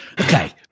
okay